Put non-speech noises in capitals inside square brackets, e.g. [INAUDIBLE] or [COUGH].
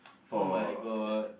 [NOISE] for ya